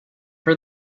for